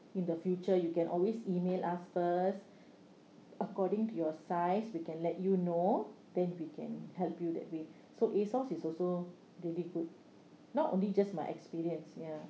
in the future you can always email us first according to your size we can let you know then we can help you that way so ASOS is also really good not only just my experience ya